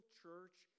church